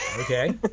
Okay